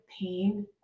pain